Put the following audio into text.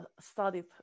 studied